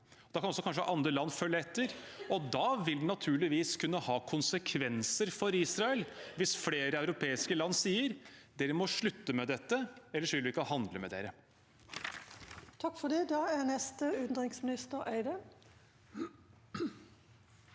Da kan kanskje andre land følge etter. Det vil naturligvis kunne ha konsekvenser for Israel hvis flere europeiske land sier: Dere må slutte med dette, ellers vil vi ikke handle med dere.